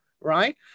Right